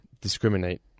discriminate